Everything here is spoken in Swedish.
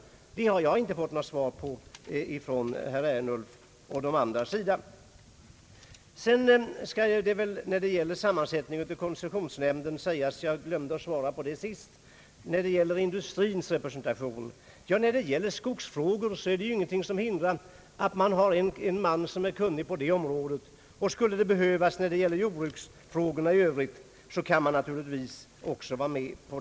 Den frågan har jag inte fått något svar på från herr Ernulfs eller någon annans sida. Vad gäller industrins representation i koncessionsnämnden är det beträffande skogsfrågor ingenting som hindrar att en man, kunnig på det området, ingår i nämnden. Man kan naturligtvis också låta någon sakkunnig i jordbruksfrågor ingå i nämnden.